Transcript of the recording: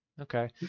Okay